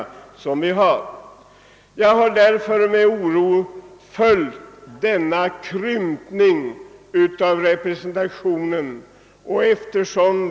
Jag betraktar därför med oro denna krympning av representationen med drygt 30 ledamöter.